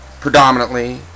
predominantly